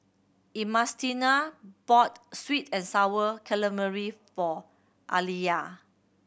Ernestina bought sweet and Sour Calamari for Aliyah